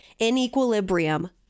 inequilibrium